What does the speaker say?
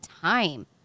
time